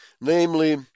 namely